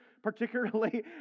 Particularly